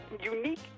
unique